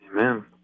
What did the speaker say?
Amen